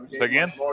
Again